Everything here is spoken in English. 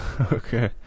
Okay